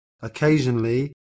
occasionally